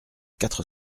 quatre